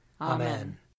Amen